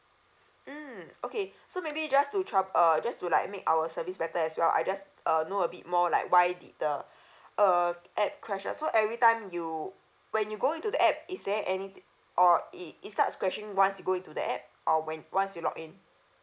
mm okay so maybe just to troub~ uh just to like make our service better as well I just uh know a bit more like why did the uh app crash ah so every time you when you go into the app is there anythi~ or it it starts crashing once you go into the app or when once you log in